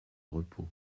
repos